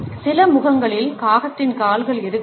சில முகங்களில் காகத்தின் கால்கள் இருக்காது